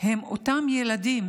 הם אותם ילדים,